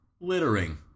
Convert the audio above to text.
Littering